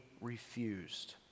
refused